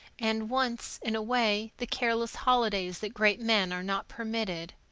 and, once in a way, the careless holidays that great men are not permitted.